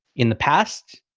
in the past.